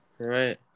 Right